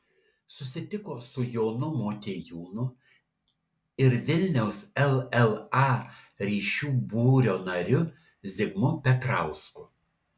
susitiko su jonu motiejūnu ir vilniaus lla ryšių būrio nariu zigmu petrausku